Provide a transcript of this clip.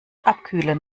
abkühlen